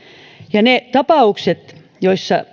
ne tapaukset joissa